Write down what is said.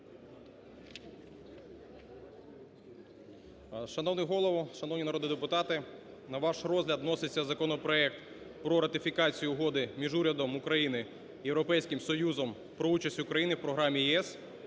Шановний Голово! Шановні народні депутати! На ваш розгляд вноситься законопроект про ратифікацію Угоди між Урядом України і Європейським Союзом про участь України в програмі ЄС